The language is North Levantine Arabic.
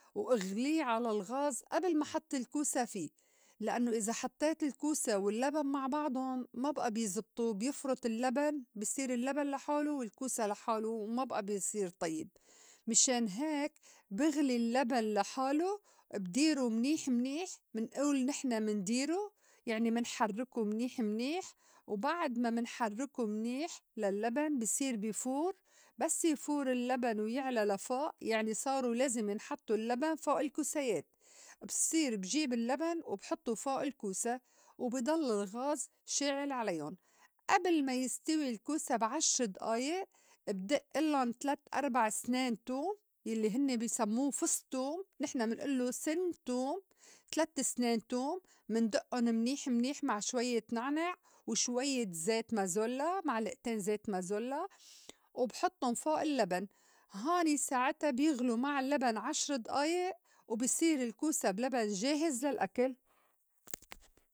و إغلي على الغاز أبل ما حط الكوسا في لإنّو إذا حطيت الكوسا واللّبن مع بعضُن ما بئى بيزبطو بيفرُط اللّبن بصير اللّبن لحالو والكوسا لحالو وما بئى بي صير طيّب مِشان هيك بِغلي اللّبن لحالو بديرو منيح منيح منئول نحن منديرو يعني منحرّكو منيح منيح وبعد ما منحرّكو منيح لا اللّبن بي صير بي فور بس يفور اللّبن ويعلى لفوء يعني صارو لازِم ينحطّو اللّبن فوء الكوسايات بصير بجيب اللّبن وبحطّو فوء الكوسا وبي ضل الغاز شاعِل عليُن، أبل ما يستوي الكوسا بعشر دئايئ بدئلُّن تلات أربع سنان توم يلّي هنّي بي سمّو فص توم نحن منئلّو سِن توم تلات سنان توم مندئّن منيح منيح مع شويّة نعنع وشويّة زيت مازولّا معلئتين زيت مازولّا وبحطُّن فوء اللّبن هون ساعِتا بيغلو مع اللّبن عشر دئايئ وبي صير الكوسا بلبن جاهز للأكل.